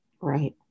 right